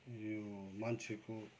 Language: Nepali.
यो मान्छेको